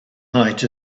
height